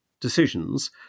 decisions